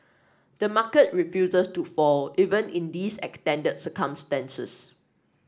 the market refuses to fall even in these extended circumstances